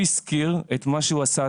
הוא הזכיר את מה שהוא עשה,